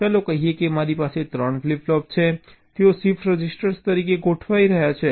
ચાલો કહીએ કે મારી પાસે 3 ફ્લિપ ફ્લોપ છે તેઓ શિફ્ટ રજિસ્ટર તરીકે ગોઠવી રહ્યા છે